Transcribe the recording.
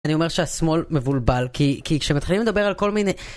אני אומר שהשמאל מבולבל, כי כי כשמתחילים לדבר על כל מיני...